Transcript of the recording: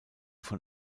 von